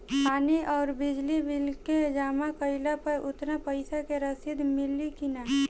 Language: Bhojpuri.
पानी आउरबिजली के बिल जमा कईला पर उतना पईसा के रसिद मिली की न?